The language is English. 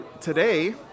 Today